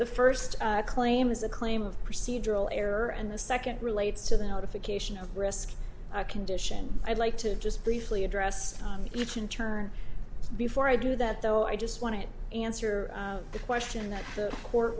the first claim is a claim of procedural error and the second relates to the notification of risk condition i'd like to just briefly address each in turn before i do that though i just want to answer the question that the court